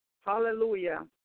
Hallelujah